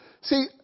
see